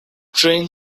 train